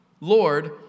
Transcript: Lord